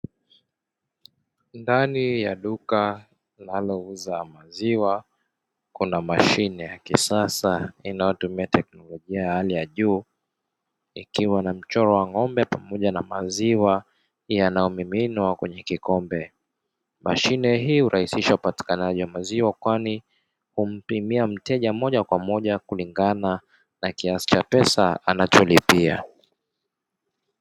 Ndani ya duka linalouza maziwa kuna mashine ya kisasa inayotumia teknolojia ya hali ya juu. Ikiwa na mchoro wa ng'ombe pamoja na maziwa yanayomiminwa kwenye kikombe. Mashine hii hurahisisha upatikanaji wa maziwa kwani humpimia mteja moja kwa moja kulingana na kiasi cha pesa anacholipia.